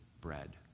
bread